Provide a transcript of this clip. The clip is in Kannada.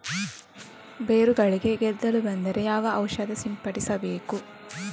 ಬೇರುಗಳಿಗೆ ಗೆದ್ದಲು ಬಂದರೆ ಯಾವ ಔಷಧ ಸಿಂಪಡಿಸಬೇಕು?